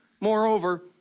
Moreover